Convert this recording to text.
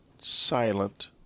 silent